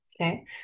Okay